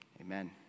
amen